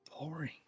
boring